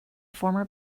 former